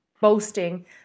boasting